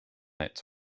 its